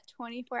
24